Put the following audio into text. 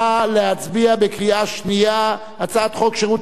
נא להצביע בקריאה שנייה: הצעת חוק שירות